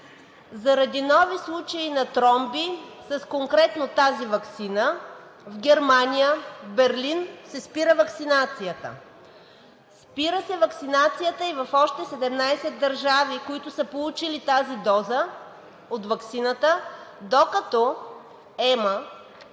заради нови случаи на тромби конкретно с тази ваксина в Германия, в Берлин се спира ваксинацията. Спира се ваксинацията и в още 17 държави, които са получили доза от тази ваксина, докато ЕМА –